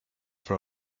for